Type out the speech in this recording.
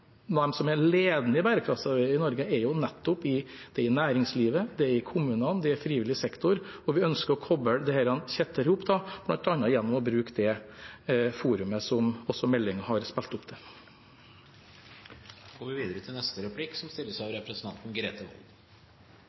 ledende i bærekraft i Norge, er jo nettopp i næringslivet, i kommunene, i frivillig sektor, og vi ønsker å koble disse tettere sammen, bl.a. gjennom å bruke det forumet, som også meldingen har spilt opp til. Vi har i innstillingen fra SVs side noen merknader rundt dette med å høre de unge stemmene inn i det arbeidet som